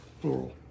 plural